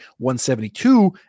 172